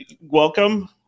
welcome